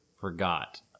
forgot